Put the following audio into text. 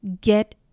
Get